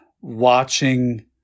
watching